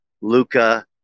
Luca